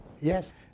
yes